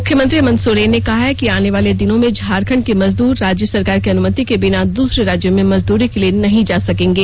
मुख्यमंत्री हेमंत सोरेन ने कहा है कि आने वाले दिनों में झारखंड के मजदूर राज्य सरकार की अनुमति के बिना दूसरे राज्यों में मजदूरी के लिए नहीं जा सकेंगे